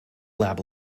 lab